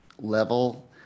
level